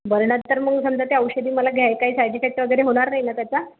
बरं नंतर मग समजा ते औषधी मला घ्यायचा काही साईडइफेक्ट वगैरे होणार नाही ना त्याचा